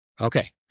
Okay